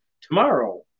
tomorrow